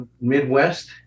Midwest